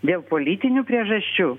dėl politinių priežasčių